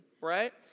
Right